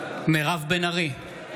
מירב בן ארי,